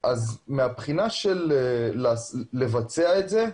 כדי לבצע את זה,